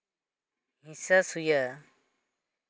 ᱦᱤᱥᱟᱹ ᱥᱩᱭᱟᱹ